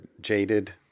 jaded